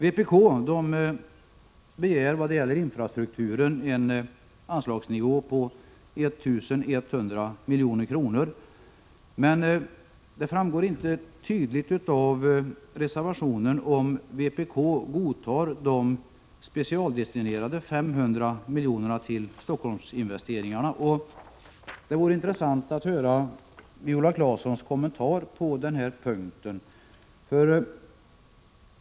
Vpk begär vad gäller infrastrukturen en anslagsnivå på 1 100 milj.kr., men det framgår inte tydligt av reservationen om vpk godtar de specialdestinerade 500 miljonerna till Stockholmsinvesteringarna. Det vore intressant att få höra en kommentar från Viola Claesson på denna punkt.